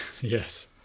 Yes